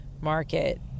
market